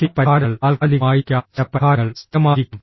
ചില പരിഹാരങ്ങൾ താൽക്കാലികമായിരിക്കാം ചില പരിഹാരങ്ങൾ സ്ഥിരമായിരിക്കാം